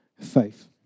faith